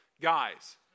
guys